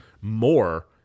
more